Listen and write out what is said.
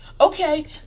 okay